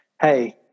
Hey